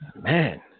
man